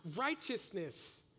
righteousness